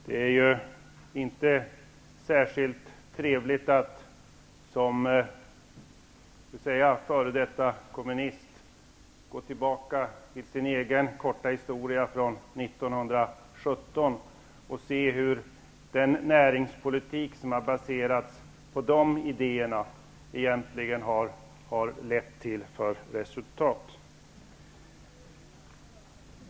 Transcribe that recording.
Det är ju inte särskilt trevligt att som f.d. kommunist gå tillbaka till sin egen korta historia från 1917 och se vilka resultat den näringspolitik har lett till som baserats på de idéerna.